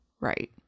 Right